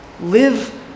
live